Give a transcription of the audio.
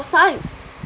science